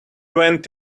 went